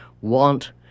want